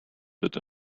that